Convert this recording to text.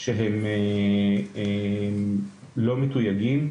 שהם לא מתויגים.